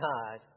God